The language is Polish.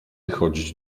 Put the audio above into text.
chodzić